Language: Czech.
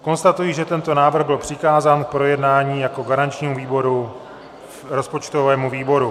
Konstatuji, že tento návrh byl přikázán k projednání jako garančnímu výboru rozpočtovému výboru.